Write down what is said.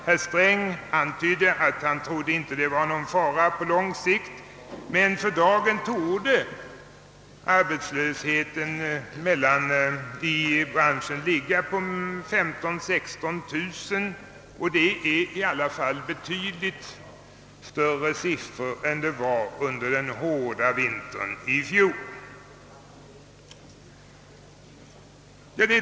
Herr Sträng antydde att han inte trodde att det var någon fara på lång sikt, men för dagen torde arbetslösheten i branschen beröra 15 000 å 16 000 man, och det är ju i alla fall betydligt större siffror än under den hårda vintern i fjol.